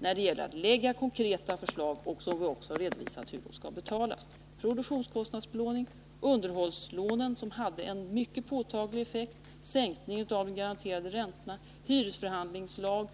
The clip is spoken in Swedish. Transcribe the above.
lagt fram konkreta förslag. Vi har också redovisat hur det hela skall betalas: produktionskostnadsbelåningen och underhållslånen, som hade en mycket påtaglig effekt. sänkningen av de garanterade räntorna, hyresförhandlingslagen.